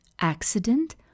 accident